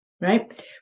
Right